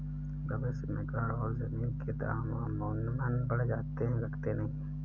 भविष्य में घर और जमीन के दाम अमूमन बढ़ जाते हैं घटते नहीं